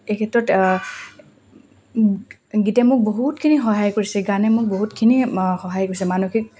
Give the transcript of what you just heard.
এই ক্ষেত্ৰত গীতে মোক বহুতখিনি সহায় কৰিছে গানে মোক বহুতখিনি সহায় কৰিছে মানসিক